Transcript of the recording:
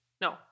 No